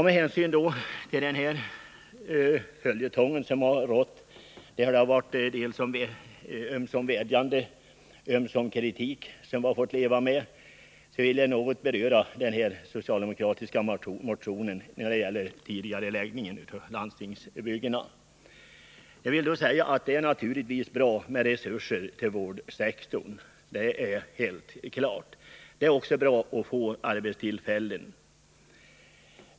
Med hänsyn till den följetong — bestående av ömsom vädjanden, ömsom kritik — som vi fått leva med i det ärende det gäller vill jag något beröra den socialdemokratiska motionen om tidigareläggning av landstingsbyggena. Det är naturligtvis bra att få resurser till vårdsektorn liksom också att få arbetstillfällen.